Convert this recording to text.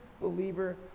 believer